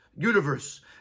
universe